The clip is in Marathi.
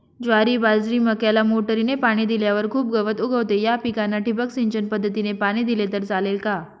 ज्वारी, बाजरी, मक्याला मोटरीने पाणी दिल्यावर खूप गवत उगवते, या पिकांना ठिबक सिंचन पद्धतीने पाणी दिले तर चालेल का?